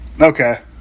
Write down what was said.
Okay